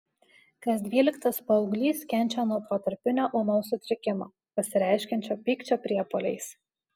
kas dvyliktas paauglys kenčia nuo protarpinio ūmaus sutrikimo pasireiškiančio pykčio priepuoliais